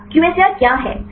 QSAR क्या है